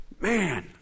man